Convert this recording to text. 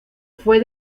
fue